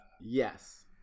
Yes